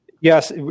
Yes